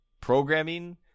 programming